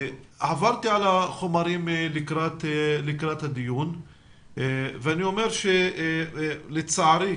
עברתי על החומרים לקראת הדיון ואני אומר שלצערי,